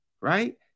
right